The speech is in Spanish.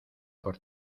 por